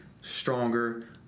stronger